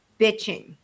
bitching